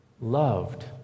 loved